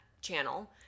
channel